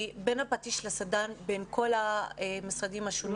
בין הפטיש לסדן בין כל המשרדים השונים.